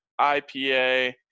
IPA